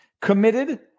committed